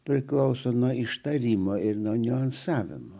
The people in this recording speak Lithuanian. priklauso nuo ištarimo ir nuo niuansavimo